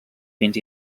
fins